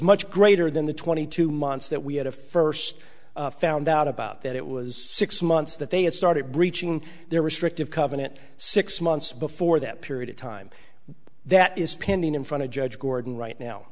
much greater than the twenty two months that we had a first found out about that it was six months that they had started breaching their restrictive covenant six months before that period of time that is pending in front of judge gordon right now